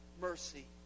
mercy